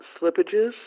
slippages